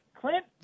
Clint